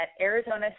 Arizona